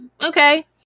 okay